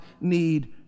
need